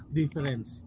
difference